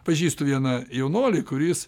pažįstu vieną jaunuolį kuris